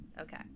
Okay